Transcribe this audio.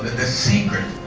the secret.